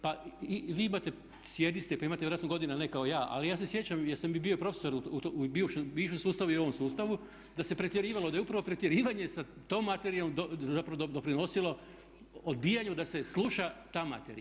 Pa i vi imate, sjedi ste pa imate vjerojatno godina ne kao ja, ali ja se sjećam jer sam i bio profesor u bivšem sustavu i u ovom sustavu, da se pretjerivalo, da je upravo pretjerivanje sa tom materijom zapravo doprinosilo odbijanju da se sluša ta materija.